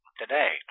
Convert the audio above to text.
today